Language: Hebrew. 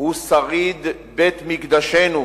הוא שריד בית-מקדשנו,